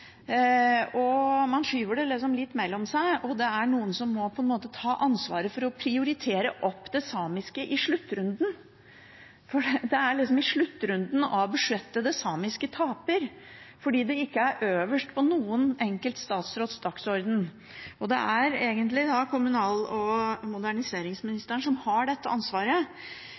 og man skyver det litt mellom seg. Det er noen som på en måte må ta ansvaret for å prioritere opp det samiske i sluttrunden, for det er i sluttrunden av budsjettet det samiske taper, fordi det ikke er øverst på noen enkelt statsråds dagsorden. Det er egentlig kommunal- og